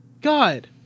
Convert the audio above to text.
God